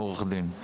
עורך דין,